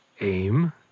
Aim